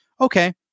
Okay